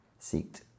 seeked